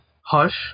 Hush